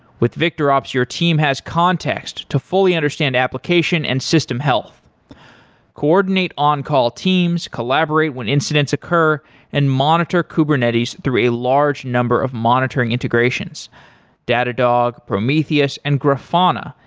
with victorops, your team has context to fully understand application and system health coordinate on-call teams, collaborate when incidents occur and monitor kubernetes through a large number of monitoring integrations datadog, prometheus, and grafana,